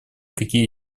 какие